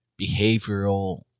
behavioral